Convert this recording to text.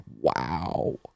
Wow